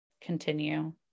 continue